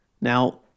Now